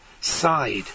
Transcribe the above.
side